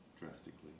drastically